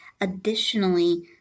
additionally